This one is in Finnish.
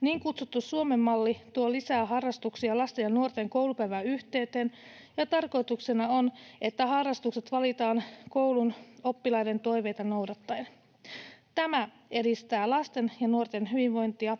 Niin kutsuttu Suomen malli tuo lisää harrastuksia lasten ja nuorten koulupäivän yhteyteen, ja tarkoituksena on, että harrastukset valitaan koulun oppilaiden toiveita noudattaen. Tämä edistää lasten ja nuorten hyvinvointia,